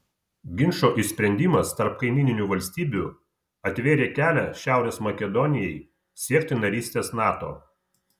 ginčo išsprendimas tarp kaimyninių valstybių atvėrė kelią šiaurės makedonijai siekti narystės nato